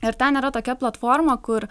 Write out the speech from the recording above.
ir ten yra tokia platforma kur